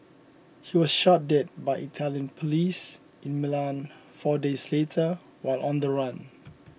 he was shot dead by Italian police in Milan four days later while on the run